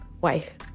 Wife